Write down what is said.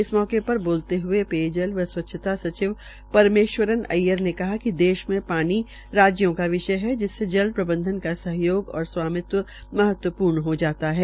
इस अवसर पर बोलते हए पेजयल व स्वच्छता सचिव परमेश्वरन अय्यर ने कहा कि देश मे पानी राज्य का विषय है जिसमें जल प्रबंधन का सहयोग और स्वामित्व महत्वपूर्ण हो जाता है